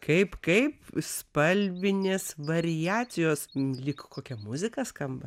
kaip kaip spalvinės variacijos lyg kokia muzika skamba